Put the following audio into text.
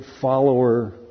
follower